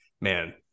man